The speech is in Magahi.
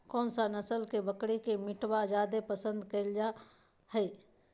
कौन सा नस्ल के बकरी के मीटबा जादे पसंद कइल जा हइ?